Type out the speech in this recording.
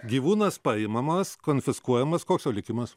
gyvūnas paimamas konfiskuojamas koks jo likimas